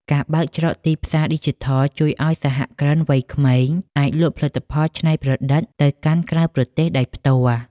ការបើកច្រកទីផ្សារឌីជីថលជួយឱ្យសហគ្រិនវ័យក្មេងអាចលក់ផលិតផលច្នៃប្រឌិតទៅកាន់ក្រៅប្រទេសដោយផ្ទាល់។